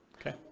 Okay